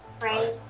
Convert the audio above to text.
Right